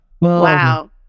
wow